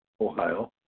Ohio